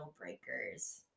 breakers